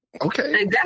Okay